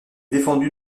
défendu